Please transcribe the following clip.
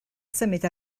symud